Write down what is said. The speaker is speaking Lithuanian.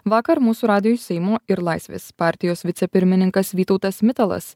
vakar mūsų radijui seimo ir laisvės partijos vicepirmininkas vytautas mitalas